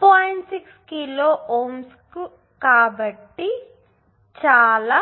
6 kilo Ωs కాబట్టి ఇది చాలా